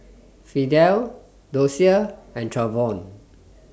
Fidel Dosia and Travon